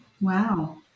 Wow